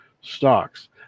stocks